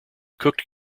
cooked